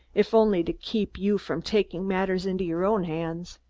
if only to keep you from taking matters into your own hands.